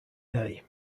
day